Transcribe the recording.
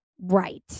Right